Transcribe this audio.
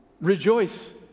rejoice